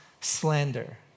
slander